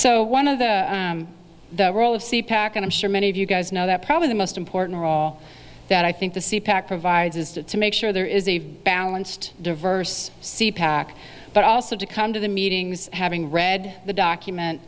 so one of the the role of c pac and i'm sure many of you guys know that probably the most important role that i think the c pac provides is to to make sure there is a balanced diverse c pac but also to come to the meetings having read the document